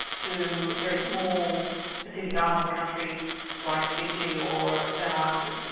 to very small pacific island countries like fiji or vanuatu.